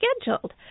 scheduled